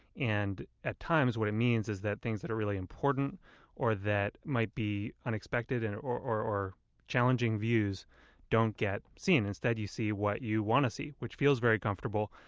and at times, what it means is that things that are really important or that might be unexpected and or or challenging views don't get seen. instead, you see what you want to see, which feels very comfortable,